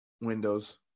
windows